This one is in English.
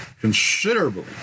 considerably